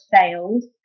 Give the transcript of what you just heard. sales